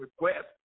request